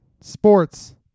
sports